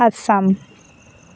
Assam